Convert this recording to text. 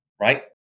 right